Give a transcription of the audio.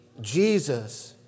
Jesus